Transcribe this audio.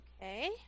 Okay